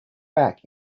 back